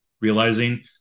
Realizing